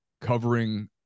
covering